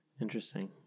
Interesting